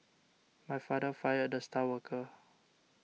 my father fired the star worker